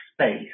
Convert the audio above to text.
space